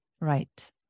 Right